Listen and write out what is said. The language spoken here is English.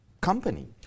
Company